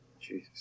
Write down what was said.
Jesus